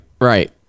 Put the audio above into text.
right